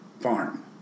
farm